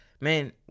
Man